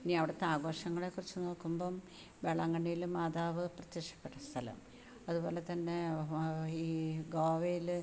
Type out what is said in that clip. ഇനി അവിടുത്തെ ആഘോഷങ്ങളെക്കുറിച്ച് നോക്കുമ്പം വേളാങ്കണ്ണിയിൽ മാതാവ് പ്രത്യക്ഷപ്പെട്ട സ്ഥലം അതുപോലെതന്നെ ഈ ഗോവയിൽ